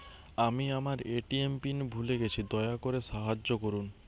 আমি আমার ATM PIN ভুলে গেছি, দয়া করে সাহায্য করুন